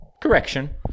correction